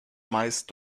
meist